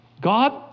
God